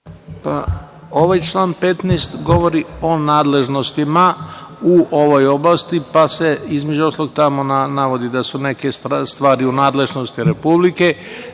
Ovaj član 15. govori o nadležnostima u ovoj oblasti, pa se, između ostalog, tamo navodi da su neke stvari u nadležnosti Republike,